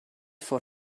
for